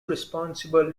responsible